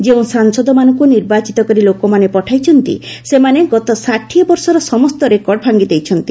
ଯେଉଁ ସାଂସଦମାନଙ୍କୁ ନିର୍ବାଚିତ କରି ଲୋକମାନେ ପଠାଇଛନ୍ତି ସେମାନେ ଗତ ଷାଠିଏ ବର୍ଷର ସମସ୍ତ ରେକର୍ଡ ଭାଙ୍ଗି ଦେଇଛନ୍ତି